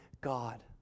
God